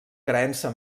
creença